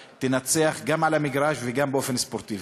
תנצח גם על המגרש וגם באופן ספורטיבי.